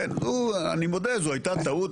כן, אני מודה, זו הייתה טעות.